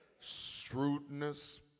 Shrewdness